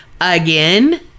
again